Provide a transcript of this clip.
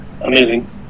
amazing